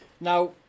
Now